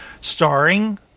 Starring